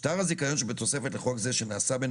שטר הזיכיון שבתוספת לחוק זה שנעשה בין